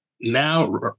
now